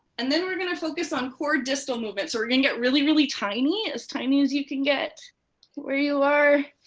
and then we're gonna focus on core distal movements. so we're gonna get really, really tiny, as tiny as you can get where you are.